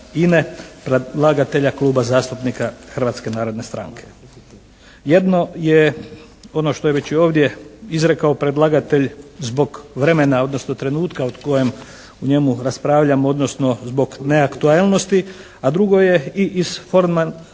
Hrvatske narodne stranke.